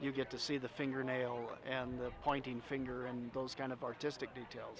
you get to see the fingernail and the pointing finger and those kind of artistic detail